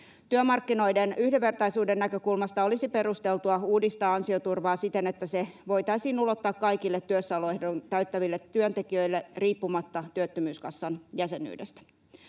Työmarkkinoiden yhdenvertaisuuden näkökulmasta olisi perusteltua uudistaa ansioturvaa siten, että se voitaisiin ulottaa kaikille työssäoloehdon täyttäville työntekijöille riippumatta työttömyyskassan jäsenyydestä.